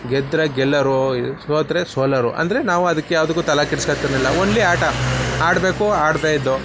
ಗೆದ್ದರೆ ಗೆಲ್ಲೋರು ಸೋತರೆ ಸೋಲೋರು ಅಂದರೆ ನಾವು ಅದಕ್ಕೆ ಯಾವ್ದಕ್ಕೂ ತಲೆಕೆಡ್ಸ್ಕೊಳ್ತಿರ್ಲಿಲ್ಲ ಓನ್ಲಿ ಆಟ ಆಡಬೇಕು ಆಡ್ತಾಯಿದ್ದೆವು